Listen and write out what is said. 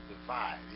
Divide